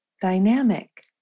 Dynamic